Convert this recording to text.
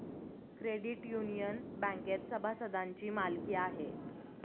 credit union बँकेत सभासदांची मालकी आहे